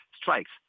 strikes